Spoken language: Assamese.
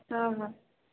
অঁ হয়